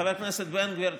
חבר כנסת בן גביר,